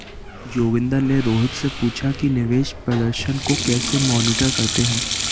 जोगिंदर ने रोहित से पूछा कि निवेश प्रदर्शन को कैसे मॉनिटर करते हैं?